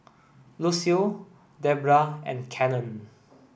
Lucio Debra and Cannon